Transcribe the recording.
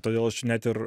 todėl aš net ir